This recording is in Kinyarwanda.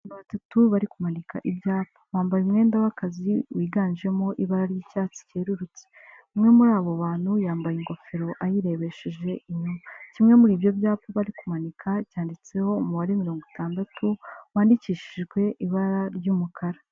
Abantu batatu bari kumanika ibyapa, bambaye umwenda w'akazi wiganjemo ibara ry'icyatsi cyerurutse, umwe muri abo bantu yambaye ingofero ayirebesheje inyuma, kimwe muri ibyo byapa bari kumanika cyanditseho umubare mirongo itandatu wandikishijwe ibara ry'umukara.